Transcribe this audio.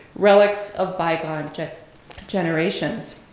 relics of bygone generations.